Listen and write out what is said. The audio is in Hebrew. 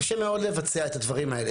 קשה מאוד לבצע את הדברים האלה,